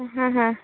ಹಾಂ ಹಾಂ